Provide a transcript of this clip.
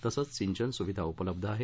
तसंच सिंचन सुविधा उपलब्ध आहे